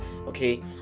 okay